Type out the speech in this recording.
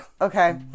Okay